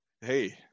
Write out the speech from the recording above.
hey